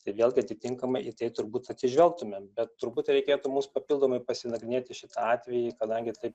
tai vėlgi atitinkamai į tai turbūt atsižvelgtume bet turbūt reikėtų mums papildomai pasinagrinėti šitą atvejį kadangi tai